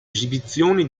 esibizioni